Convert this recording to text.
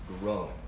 growing